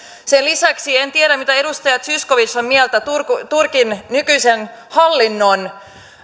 sen lisäksi en tiedä mitä edustaja zyskowicz on mieltä turkin nykyisen hallinnon